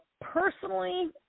personally